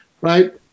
right